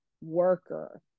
worker